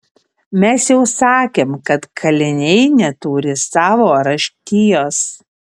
mes jau sakėm kad kaliniai neturi savo raštijos